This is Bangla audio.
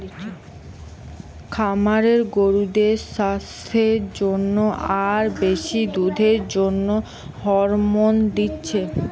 খামারে গরুদের সাস্থের জন্যে আর বেশি দুধের জন্যে হরমোন দিচ্ছে